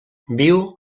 viu